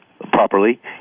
properly